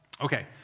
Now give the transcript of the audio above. Okay